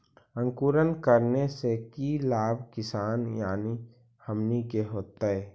अंकुरण करने से की लाभ किसान यानी हमनि के होतय?